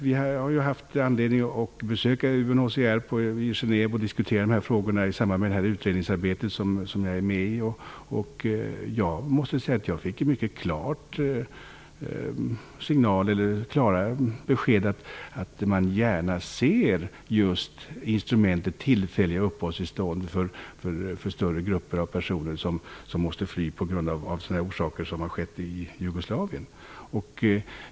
Vi har haft anledning att besöka UNHCR i Genève och diskutera dessa frågor i samband med det utredningsarbete jag är med i. Jag måste säga att jag fick klara besked om att man gärna ser just instrumentet tillfälliga uppehållstillstånd för större grupper av personer som måste fly av samma anledning som de som flyr från Jugoslavien.